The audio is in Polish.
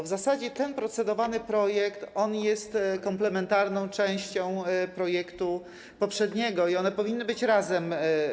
W zasadzie ten procedowany projekt jest komplementarną częścią projektu poprzedniego i one powinny być razem.